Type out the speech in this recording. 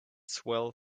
swell